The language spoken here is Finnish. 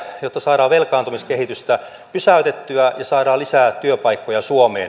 jotta saadaan velkaantumiskehitystä pysäytettyä ja saadaan lisää työpaikkoja suomeen